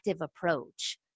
approach